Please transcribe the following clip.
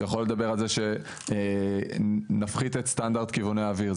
זה יכול לדבר על זה שנפחית את סטנדרט כיווני האוויר,